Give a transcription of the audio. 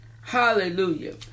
Hallelujah